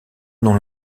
nom